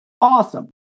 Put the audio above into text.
Awesome